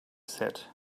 said